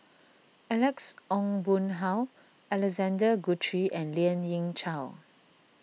Alex Ong Boon Hau Alexander Guthrie and Lien Ying Chow